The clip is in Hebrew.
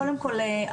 קודם כל,